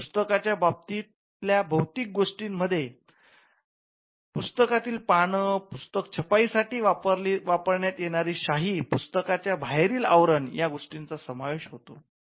पुस्तकांच्या बाबतीतल्या भौतिक गोष्टी मध्ये पुस्तकातील पाने पुस्तक छापण्यासाठी वापरण्यात येणारी शाई पुस्तकाच्या बाहेरील आवरण या गोष्टींचा समावेश होतो